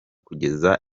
kugeza